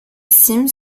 cimes